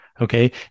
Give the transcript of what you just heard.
Okay